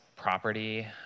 property